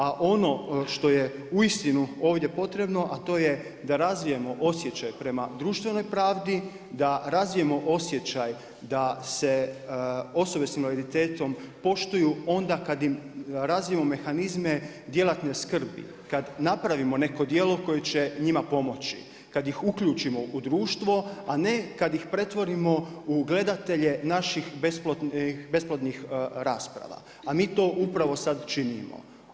A ono što je uistinu ovdje potrebno, a to je da razvijemo osjećaj prema društvenoj pravdi, da razvijemo osjećaj da se osobe sa invaliditetom poštuju onda kad im razvijemo mehanizme djelatne skrbi, kad napravimo neko djelo koje će njima pomoći, kad ih uključimo u društvo, a ne kad ih pretvorimo u gledatelje naših besplodnih rasprava, a mi to upravo sad činimo.